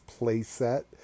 playset